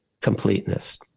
completeness